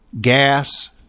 gas